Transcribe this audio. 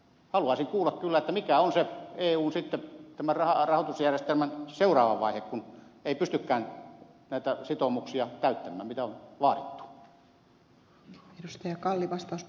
haluaisin kuulla kyllä mikä on sitten eun rahoitusjärjestelmän seuraava vaihe kun ei pystykään näitä sitoumuksia täyttämään mitä on vaadittu